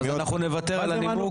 אז אנחנו נוותר על הנימוק?